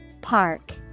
Park